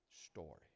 story